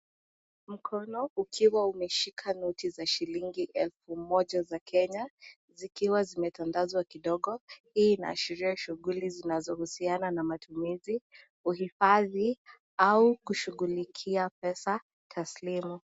Mkono ukiwa umeshika noti za shilingi elfu moja za Kenya zikiwa zimetandazwa kidogo ,hii inaashiria shughuli zinazohusiana na matumizi ,kuhifadhi au kushughulikia pesa taslimu.